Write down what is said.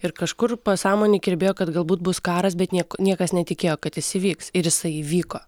ir kažkur pasąmonėj kirbėjo kad galbūt bus karas bet niek niekas netikėjo kad jis įvyks ir jisai įvyko